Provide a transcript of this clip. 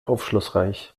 aufschlussreich